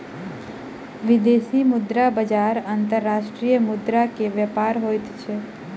विदेशी मुद्रा बजार अंतर्राष्ट्रीय मुद्रा के व्यापार होइत अछि